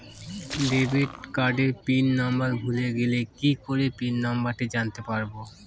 Debit কার্ডের pin number ভুলে গেলে কি করে পিন নম্বরটি জানতে পারবো?